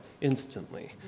instantly